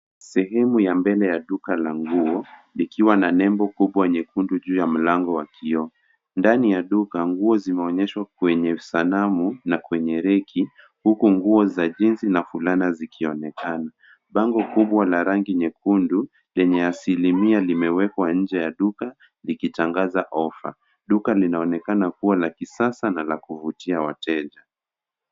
Sehemu ya mbele ya duka la nguo likiwa na nembo kubwa nyekundu juu ya mlango wa kioo. Ndani ya duka nguo zimeonyeshwa kwenye sanamu na kwenye reki huku nguo za jeans na fulana zikionekana. Bango kubwa la rangi nyekundu lenye asilimia limewekwa nje ya duka likitangaza ofa. Duka linaonekana ni la kisasa na la kuvutia wateja.